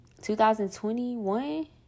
2021